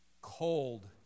cold